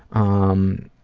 um,